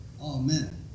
Amen